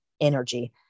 energy